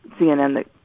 cnn